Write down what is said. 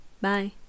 Bye